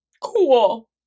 Cool